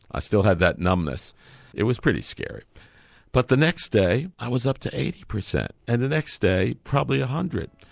i still had that numbness it was pretty scary but the next day i was up to eighty percent and the next day probably one ah hundred